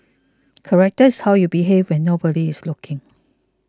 character is how you behave when nobody is looking